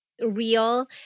real